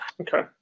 Okay